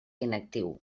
inactiu